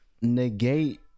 negate